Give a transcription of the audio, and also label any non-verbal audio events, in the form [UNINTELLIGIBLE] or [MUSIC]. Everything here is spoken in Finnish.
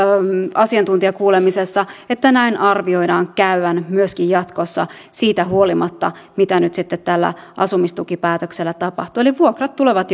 asiantuntijakuulemisessa että näin arvioidaan käyvän myöskin jatkossa siitä huolimatta mitä nyt sitten tälle asumistukipäätökselle tapahtuu eli vuokrat tulevat [UNINTELLIGIBLE]